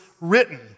written